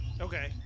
Okay